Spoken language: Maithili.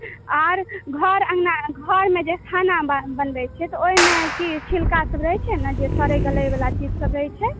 आर घर अंगना घरमे जे खाना ब बनबै छियै तऽ ओहिमे जे छिलका सब रहै छै ने जे सड़ै गलै बला चीज सब रहै छै